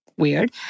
weird